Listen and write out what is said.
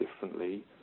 differently